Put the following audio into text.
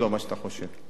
לא מה שאתה חושב.